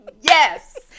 Yes